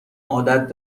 عادت